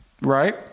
Right